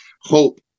hope